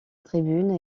tribune